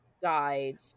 died